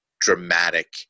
dramatic